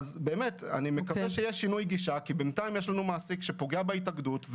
אני מקווה שיהיה שינוי גישה כי בינתיים יש לנו מעסיק שפוגע בהתאגדות,